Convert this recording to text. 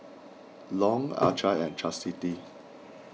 Long Alcie and Chasity